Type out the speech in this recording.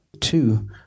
Two